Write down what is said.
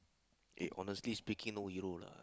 eh honestly speaking no hero lah